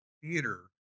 theater